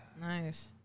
Nice